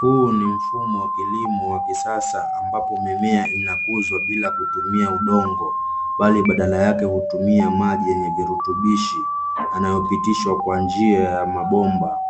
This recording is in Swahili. Huu ni mfumo wa kilimo wa kisasa ambapo mimea inakuzwa bila kutumia udongo bali badala yake hutumika maji yenye virutubishi yanyopitishwa kwa njia ya mabomba.